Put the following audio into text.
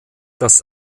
dass